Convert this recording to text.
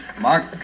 Mark